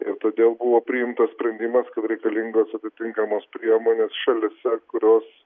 ir todėl buvo priimtas sprendimas kad reikalingos atitinkamos priemonės šalyse kurios